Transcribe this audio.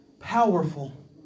powerful